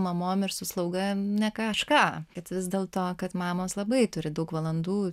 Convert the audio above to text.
mamom ir su slauga ne kažką kad vis dėlto kad mamos labai turi daug valandų